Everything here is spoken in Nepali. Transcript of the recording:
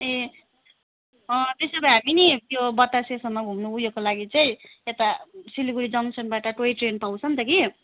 ए त्यसो भए हामी नि त्यो बतासेसम्म घुम्नु उयोको लागि चाहिँ यता सिलगढी जङ्सनबाट टोयट्रेन पाउँछ नि त कि